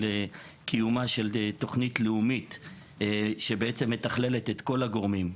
קיומה של תוכנית לאומית שבעצם מתכללת את כל הגורמים,